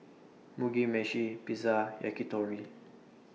Mugi Meshi Pizza and Yakitori